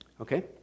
Okay